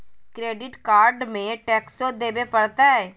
Credit card में टेक्सो देवे परते?